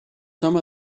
some